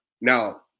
Now